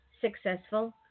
successful